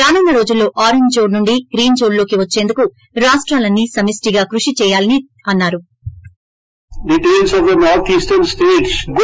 రానున్న రోజుల్లో జోన్ నుండి గ్రీన్ జోన్ లోకి వచ్చేందుకు రాష్టాలన్ని సమిష్టిగా కృషి చేయాలన్నా రు